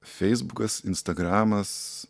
feisbukas instagramas